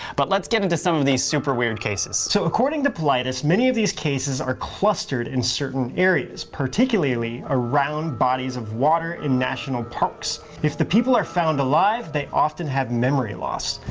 but let's get into some of these super weird cases. so according to paulides many of these cases are clustered in certain areas, particularly around bodies of water in national parks. if the people are found alive, they often have memory loss.